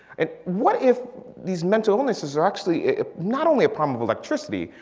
and what if these mental illnesses are actually not only a problem of electricity.